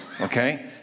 Okay